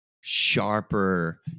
sharper